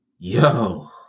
Yo